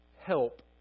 help